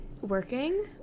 working